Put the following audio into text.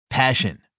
Passion